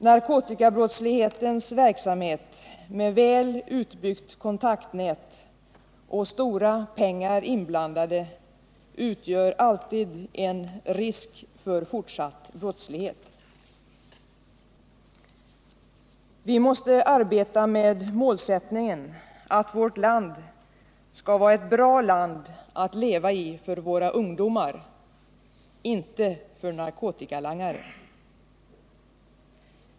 Narkotikabrottsligheten, med väl utbyggt kontaktnät och stora pengar inblandade, utgör alltid en risk för fortsatt brottslig verksamhet. Vi måste arbeta med målsättningen att vårt land skall vara ett bra land att leva i för våra ungdomar — inte för narkotikalangare.